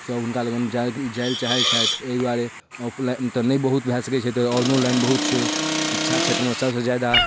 सब हुनका लग जाएलए चाहै छथि एहि दुआरे ऑफलाइन तऽ नहि बहुत भऽ सकै छै तऽ ऑनोलाइन बहुत छै शिक्षा क्षेत्रमे सबसँ जादा